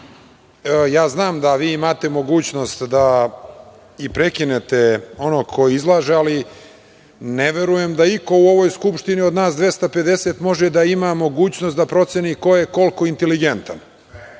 znam da vi imate mogućnost da i prekinete onog ko izlaže, ali ne verujem da iko u ovoj Skupštini od nas 250 može da ima mogućnost da proceni ko je koliko inteligentan. Dakle,